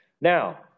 Now